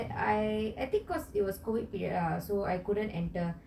I think cause it was COVID period so I couldn't enter